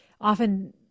often